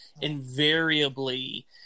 invariably